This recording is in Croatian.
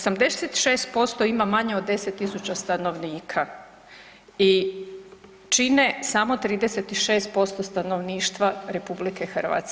86% ima manje od 10.000 stanovnika i čine samo 36% stanovništva RH.